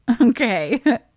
Okay